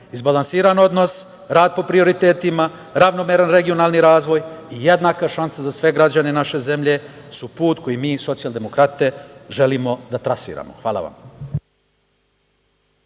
Izbalansiran odnos, rad po prioritetima, ravnomeran regionalan razvoj i jednaka šansa za sve građane naše zemlje su put koji mi Socijaldemokrate želimo da trasiramo. Hvala.